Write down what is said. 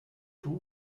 tout